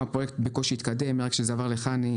הפרויקט שם בקושי התקדם; רק כשזה עבר לחנ"י,